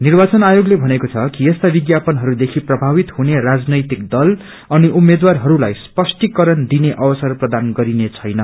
निव्यचन आयोगले भनेको छ कि यस्ता विाापनहहरूदेखि प्रभावित हुने राजनैतिक दल अनि उम्मेद्वारहरूलाई स्पष्टहीकरण दिने अवसर प्रदान गरिने छेन